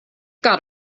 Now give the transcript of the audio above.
got